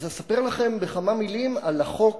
אז אספר לכם בכמה מלים על החוק